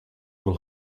will